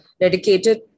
dedicated